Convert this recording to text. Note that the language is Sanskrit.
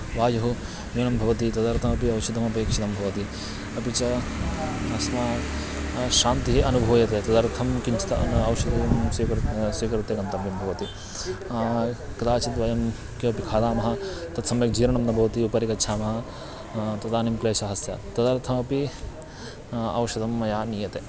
वायुः न्यूनं भवति तदर्थमपि औषधमपेक्षितं भवति अपि च अस्मान् शान्तिः अनुभूयते तदर्थं किञ्चित् अन् औषधेयं स्वीकृत् स्वीकृत्य गन्तव्यं भवति कदाचिद् वयं किमपि खादामः तत् सम्यक् जीर्णं न भवति उपरि गच्छामः तदानीं क्लेशः स्यात् तदर्थमपि औषधं मया नीयते